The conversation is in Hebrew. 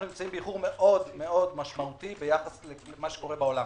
אנחנו נמצאים באיחור מאוד מאוד משמעותי ביחס למה שקורה בעולם.